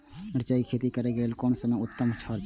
मिरचाई के खेती करे के लेल कोन समय उत्तम हुए छला?